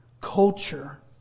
culture